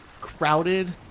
crowded